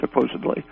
supposedly